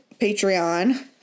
Patreon